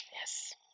Yes